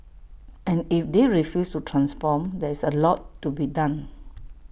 and if they refuse to transform there's A lot to be done